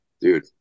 dude